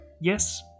yes